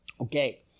Okay